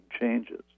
changes